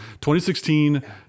2016